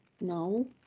no